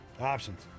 Options